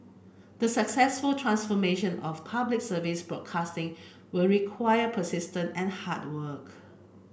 the successful transformation of Public Service broadcasting will require persistence and hard work